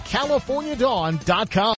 CaliforniaDawn.com